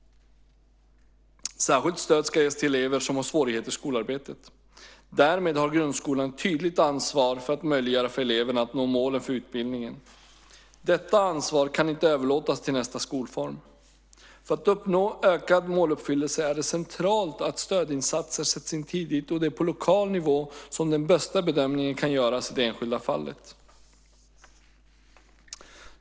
Särskilt stöd ska ges till elever som har svårigheter i skolarbetet. Därmed har grundskolan ett tydligt ansvar för att möjliggöra för eleverna att nå målen för utbildningen. Detta ansvar kan inte överlåtas till nästa skolform. För att uppnå ökad måluppfyllelse är det centralt att stödinsatser sätts in tidigt, och det är på lokal nivå som den bästa bedömningen kan göras i det enskilda fallet.